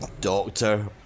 doctor